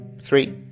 Three